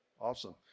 Awesome